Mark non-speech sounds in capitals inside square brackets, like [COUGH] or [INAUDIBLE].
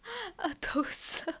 [NOISE] 二头蛇